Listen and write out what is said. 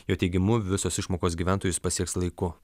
jo teigimu visos išmokos gyventojus pasieks laiku